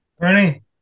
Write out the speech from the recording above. Bernie